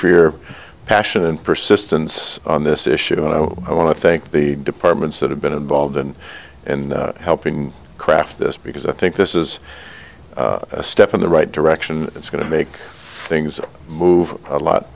for your passion and persistence on this issue and i want to thank the departments that have been involved in and helping craft this because i think this is a step in the right direction it's going to make things move a lot